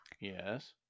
Yes